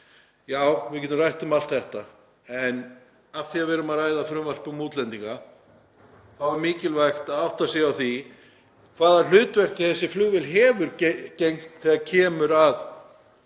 Já, við getum rætt um allt þetta. En af því að við erum að ræða frumvarp um útlendinga þá er mikilvægt að átta sig á því hvaða hlutverki þessi flugvél hefur gegnt þegar kemur að